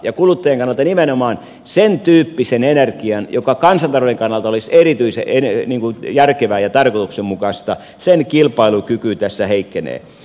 ja kuluttajien kannalta nimenomaan sentyyppisen energian joka kansantalouden kannalta olisi erityisen järkevää ja tarkoituksenmukaista kilpailukyky tässä heikkenee